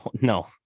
no